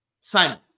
Simon